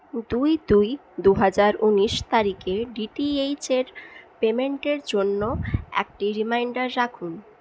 দুই দুই দু হাজার ঊনিশ তারিখে ডি টি এইচ এর পেইমেন্টের জন্য একটি রিমাইন্ডার রাখুন